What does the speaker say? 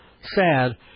sad